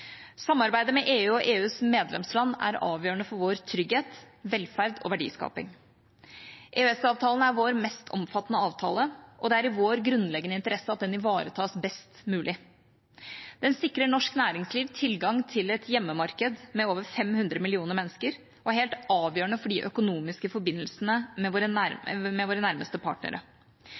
Samarbeidet med EU og EUs medlemsland er avgjørende for vår trygghet, velferd og verdiskaping. EØS-avtalen er vår mest omfattende avtale, og det er i vår grunnleggende interesse at den ivaretas best mulig. Den sikrer norsk næringsliv tilgang til et hjemmemarked med over 500 millioner mennesker og er helt avgjørende for de økonomiske forbindelsene med våre nærmeste partnere.